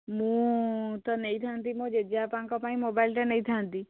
ମୁଁ ତ ନେଇଥାନ୍ତି ମୋ ଜେଜେବାପାଙ୍କ ପାଇଁ ମୋବାଇଲ୍ଟେ ନେଇଥାନ୍ତି